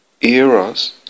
Eros